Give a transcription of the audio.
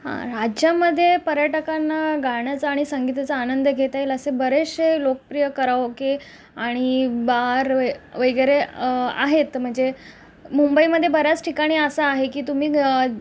राज्यामध्ये पर्यटकांना गाण्याचा आणि संगीताचा आनंद घेता येईल असे बरेचसे लोकप्रिय कराओके आणि बार वे वेगरे आहेत म्हणजे मुंबईमधे बऱ्याच ठिकाणी असं आहे की तुम्ही गं